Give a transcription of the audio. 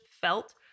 felt